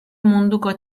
munduko